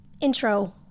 intro